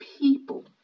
people